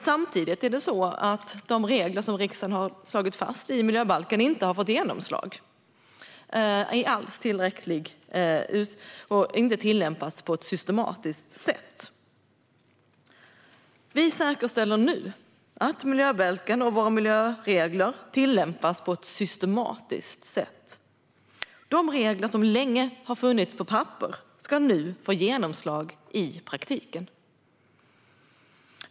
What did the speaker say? Samtidigt har de regler som riksdagen har slagit fast i miljöbalken inte fått genomslag i tillräcklig utsträckning, och de tillämpas inte på ett systematiskt sätt. Vi säkerställer nu att miljöbalken och våra miljöregler tillämpas på ett systematiskt sätt. De regler som länge har funnits på papper ska nu få genomslag i praktiken.